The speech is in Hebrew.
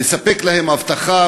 לספק להם אבטחה,